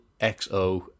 XO